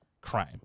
crime